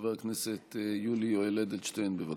חבר הכנסת יולי יואל אדלשטיין, בבקשה.